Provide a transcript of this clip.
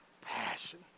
passion